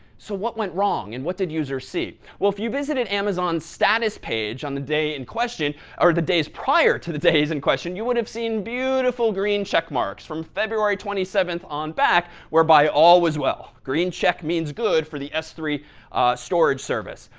so what went wrong, and what did users see? well, if you visited amazon's status page on the day in question or the days prior to the days in question you would have seen beautiful green check marks, from february twenty seven on back, whereby all was well. green check means good for the s three storage service.